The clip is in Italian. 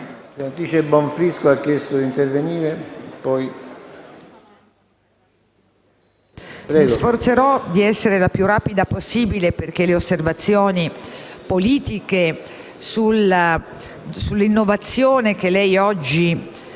mi sforzerò di essere la più rapida possibile, perché le osservazioni politiche sull'innovazione che lei oggi